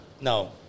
No